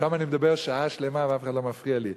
שם אני מדבר שעה שלמה ואף אחד לא מפריע לי.